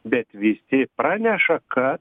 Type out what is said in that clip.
bet visi praneša kad